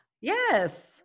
Yes